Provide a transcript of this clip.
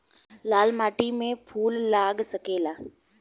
लाल माटी में फूल लाग सकेला?